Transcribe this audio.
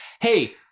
Hey